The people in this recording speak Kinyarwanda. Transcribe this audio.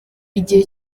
igihe